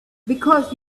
because